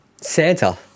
Santa